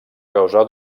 causar